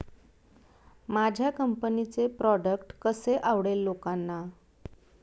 माझ्या कंपनीचे प्रॉडक्ट कसे आवडेल लोकांना?